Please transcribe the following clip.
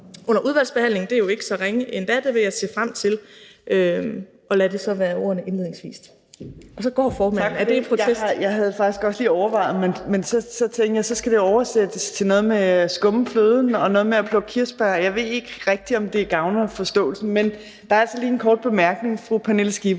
under udvalgsbehandlingen. Det er jo ikke så ringe endda. Det vil jeg se frem til. Og lad det så være ordene indledningsvis. Kl. 19:01 Fjerde næstformand (Trine Torp): Tak. Jeg havde faktisk bare lige overvejet at sige noget i forhold til det engelske, men så tænkte jeg, at det skulle oversættes til noget med at skumme fløden og noget med at plukke kirsebær, og jeg ved ikke rigtig, om det gavner forståelsen. Men der er altså lige en kort bemærkning fra fru Pernille Skipper.